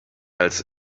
als